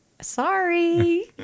Sorry